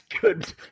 Good